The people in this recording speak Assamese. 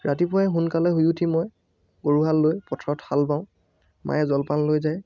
ৰাতিপুৱাই সোনকালে শুই উঠি মই গৰুহাল লৈ পথাৰত হাল বাওঁ মায়ে জলপান লৈ যায়